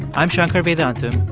i'm shankar vedantam.